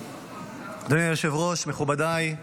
היושב-ראש, מכובדיי,